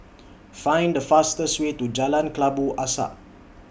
Find The fastest Way to Jalan Kelabu Asap